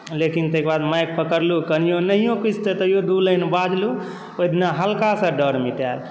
लेकिन तै केँ बाद माइक पकड़लहुँ तैयो नहियो किछु तऽ दू लाइन बाजलहुँ ओहि दिना हल्का सा डर मिटाएल